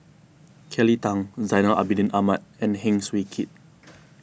Kelly Tang Zainal Abidin Ahmad and Heng Swee Keat